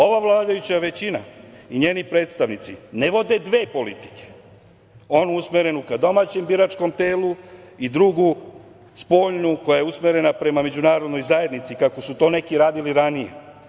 Ova vladajuća većina i njeni predstavnici ne vode dve politike, onu usmerenu ka domaćem biračkom telu i drugu, spoljnu koja je usmerena prema međunarodnoj zajednici, kako su to neki radili ranije.